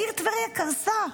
העיר טבריה קרסה.